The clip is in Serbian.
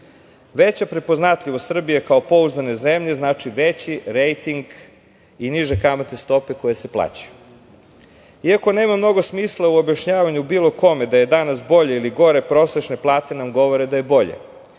prepoznatljivost Srbije kao pouzdane zemlje znači veći rejting i niže kamatne stope koje se plaćaju. Iako nema mnogo smisla u objašnjavanju bilo kome da je danas bolje ili gore, prosečne plate nam govore da je bolje